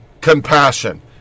Compassion